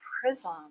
prism